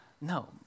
no